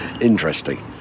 interesting